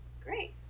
Great